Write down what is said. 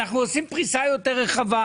אנחנו עושים פריסה יותר רחבה,